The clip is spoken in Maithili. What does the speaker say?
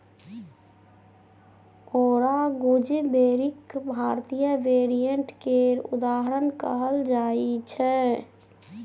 औरा गुजबेरीक भारतीय वेरिएंट केर उदाहरण कहल जाइ छै